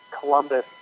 Columbus